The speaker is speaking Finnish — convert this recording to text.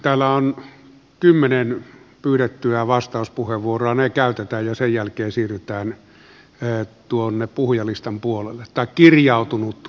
täällä on kymmenen pyydettyä vastauspuheenvuoroa tai kymmenen kirjautunutta puheenvuoroa niitä pyydettyjä voi olla enemmänkin